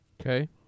Okay